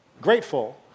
grateful